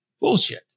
Bullshit